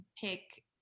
pick